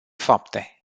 fapte